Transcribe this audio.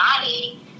body